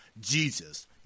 Jesus